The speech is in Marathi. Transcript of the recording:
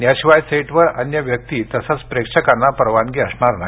याशिवाय सेटवर अन्य व्यक्ती तसंच प्रेक्षकांना परवानगी नाही